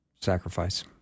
sacrifice